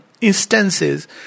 instances